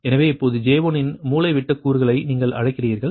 எனவே இப்போது J1 இன் மூலைவிட்ட கூறுகளை நீங்கள் அழைக்கிறீர்கள்